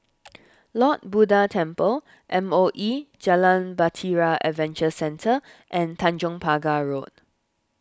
Lord Buddha Temple M O E Jalan Bahtera Adventure Centre and Tanjong Pagar Road